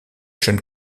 jeune